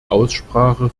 aussprache